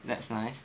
that's nice